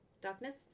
darkness